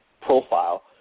profile